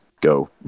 go